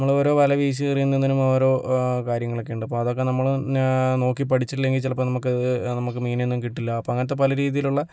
നമ്മളോരോ വല വീശി എറിയുന്നതിന് ഓരോ കാര്യങ്ങളക്കെ ഉണ്ട് അപ്പം അതൊക്കെ നമ്മള് നോക്കി പഠിച്ചില്ലെങ്കിൽ ചിലപ്പം നമുക്കത് നമുക്ക് മീനൊന്നും കിട്ടില്ല അപ്പം അങ്ങനത്തെ പല രീതിയിലുള്ള